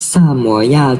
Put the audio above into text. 萨摩亚